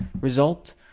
result